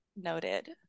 noted